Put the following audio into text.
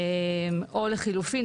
או לחלופין,